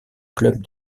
club